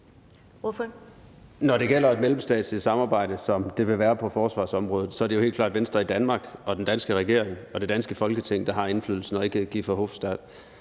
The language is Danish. Når det gælder et mellemstatsligt samarbejde, som det vil være på forsvarsområdet, så er det jo helt klart Venstre i Danmark, den danske regering og det danske Folketing, der har indflydelsen, og ikke Guy Verhofstadt.